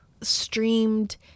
streamed